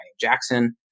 Jackson